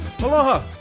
Aloha